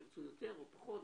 אם ירצו יותר או פחות.